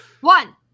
one